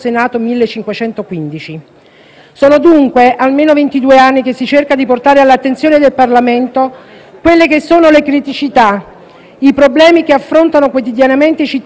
Sono dunque almeno ventidue anni che si cerca di portare all'attenzione del Parlamento le criticità e i problemi che affrontano quotidianamente i cittadini delle cosiddette isole minori.